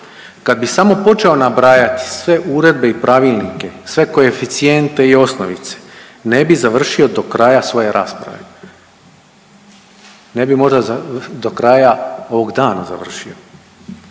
Kad bi samo počeo nabrajati sve uredbe i pravilnike, sve koeficijente i osnovice ne bi završio do kraja svoje rasprave, ne bi možda do kraja ovog dana završio.